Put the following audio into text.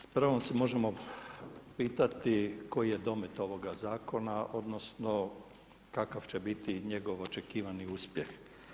S pravom se možemo pitati koji je domet ovoga zakona odnosno kakav će biti njegov očekivan uspjeh.